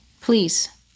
please